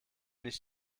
nicht